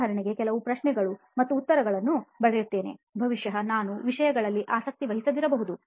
ಉದಾಹರಣೆ ಕೆಲವು ಪ್ರಶ್ನೆಗಳು ಮತ್ತು ಉತ್ತರಗಳನ್ನು ಬರೆಯುತ್ತೇನೆ ಬಹುಶಃ ನಾನು ವಿಷಯಗಳಲ್ಲಿ ಆಸಕ್ತಿ ವಹಿಸದಿರಬಹುದು